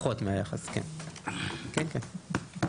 פחות מהיחס, כן, כן.